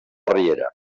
riera